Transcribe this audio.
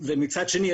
ומצד שני,